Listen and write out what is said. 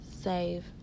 save